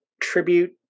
tribute